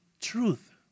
truth